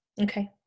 Okay